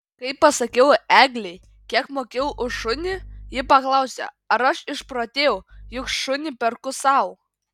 kai pasakiau eglei kiek mokėjau už šunį ji paklausė ar aš išprotėjau juk šunį perku sau